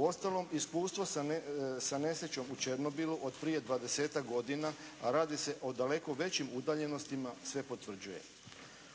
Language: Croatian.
Uostalom iskustvo sa nesrećom u Černobilu od prije 20-tak godina, a radi se o daleko većim udaljenostima sve potvrđuje.